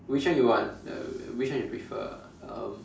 which one you want the which one you prefer um